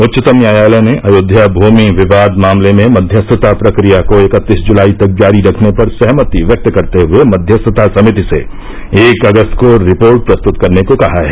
उच्चतम न्यायालय ने अयोध्या भूमि विवाद मामले में मध्यस्थता प्रक्रिया को इकतीस जुलाई तक जारी रखने पर सहमति व्यक्त करते हुए मध्यस्थता समिति से एक अगस्त को रिपोर्ट प्रस्तुत करने को कहा है